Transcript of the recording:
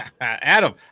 Adam